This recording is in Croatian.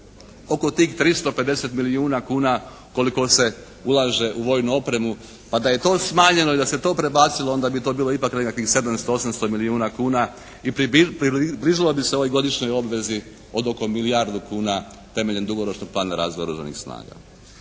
oko tih 350 milijuna kuna koliko se ulaže u vojnu opremu, pa da je to smanjeno i da se to prebacilo onda bi to bilo ipak nekakvih 700, 800 milijuna kuna i približilo bi se ovoj godišnjoj obvezi od oko milijardu kuna temeljem dugoročnog plana razvoja Oružanih snaga.